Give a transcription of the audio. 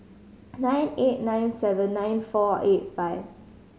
nine eight nine seven nine four eight five